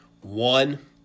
One